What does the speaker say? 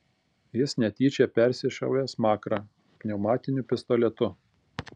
jis netyčia persišovė smakrą pneumatiniu pistoletu